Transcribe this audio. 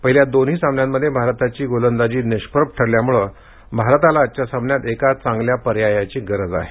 पहिल्या दोन्ही सामन्यांमध्ये भारताची गोलंदाजी निष्प्रभ ठरल्यामुळे भारताला आजच्या सामन्यात एका चांगल्या पर्यायाची गरज आहे